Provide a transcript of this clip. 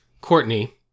Courtney